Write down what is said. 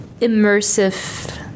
immersive